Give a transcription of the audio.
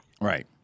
Right